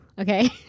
okay